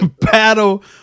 Battle